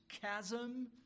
chasm